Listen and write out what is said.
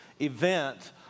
event